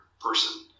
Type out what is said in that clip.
person